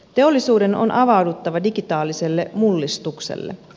teollisuuden on avauduttava digitaaliselle mullistukselle